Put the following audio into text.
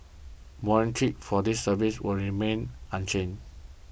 morning trips for these services will remain unchanged